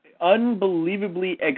unbelievably